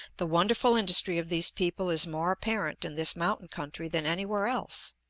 the wonderful industry of these people is more apparent in this mountain-country than anywhere else.